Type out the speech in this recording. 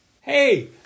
Hey